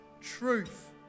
truth